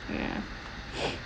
ya